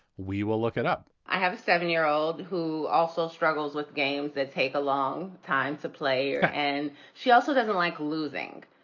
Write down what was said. we will look it up i have a seven year old who also struggles with games that take a long time to play. and she also doesn't like losing.